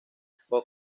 hop